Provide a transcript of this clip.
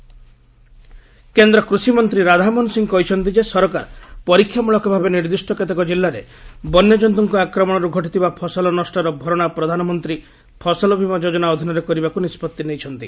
crop insurance କେନ୍ଦ୍ର କୃଷିମନ୍ତ୍ରୀ ରାଧାମୋହନ ସିଂ କହିଛନ୍ତି ଯେ ସରକାର ପରୀକ୍ଷାତ୍ମକ ଭାବେ ନିର୍ଦ୍ଦିଷ୍ଟ କେତେକ ଜିଲ୍ଲାରେ ବନ୍ୟଜନ୍ତୁଙ୍କ ଆକ୍ରମଣରୁ ଘଟିଥିବା ଫସଲ ନଷ୍ଟର ଭରଣା ପ୍ରଧାନମନ୍ତ୍ରୀ ଫସଲବୀମା ଯୋଜନା ଅଧୀନରେ କରିବାକୁ ନିଷ୍ପଭି ନେଇଛନ୍ତି